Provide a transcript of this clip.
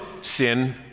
sin